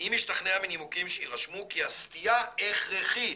'אם השתכנעה מנימוקים שיירשמו כי הסטייה היא הכרחית'.